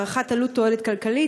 הערכת עלות תועלת כלכלית,